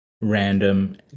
Random